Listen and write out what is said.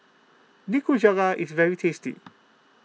Nikujaga is very tasty